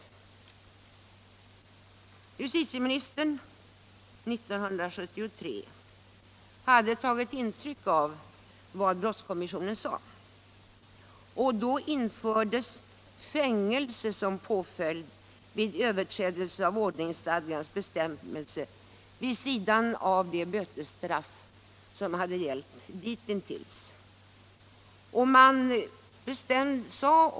Justitieministern hade 1973 tagit intryck av vad brottskommissionen sade, och då infördes fängelse som påföljd vid överträdelse av ordningsstadgans bestämmelse, vid sidan av det bötesstraff som hade gällt ditintills.